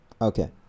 Okay